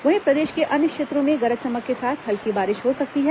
वहीं प्रदेश के अन्य क्षेत्रों में गरज चमक के साथ हल्की बारिश हो सकती है